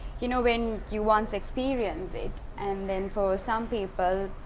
you know when you once experience it and then for some people.